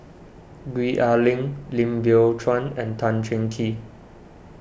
Gwee Ah Leng Lim Biow Chuan and Tan Cheng Kee